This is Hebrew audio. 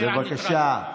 כן, בבקשה.